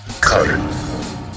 Cut